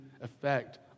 effect